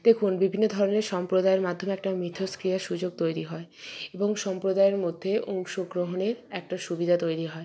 দেখুন বিভিন্ন ধরনের সম্প্রদায়ের মাধ্যমে একটা মিথস্ক্রিয়া সুযোগ তৈরি হয় এবং সম্প্রদায়ের মধ্যে অংশগ্রহণের একটা সুবিধা তৈরি হয়